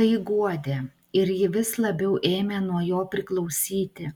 tai guodė ir ji vis labiau ėmė nuo jo priklausyti